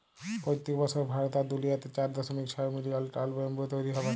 পইত্তেক বসর ভারত আর দুলিয়াতে চার দশমিক ছয় মিলিয়ল টল ব্যাম্বু তৈরি হবেক